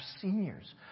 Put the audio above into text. seniors